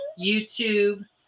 YouTube